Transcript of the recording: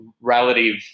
relative